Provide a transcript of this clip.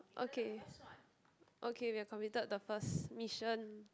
okay okay we have completed the first mission